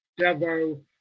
Devo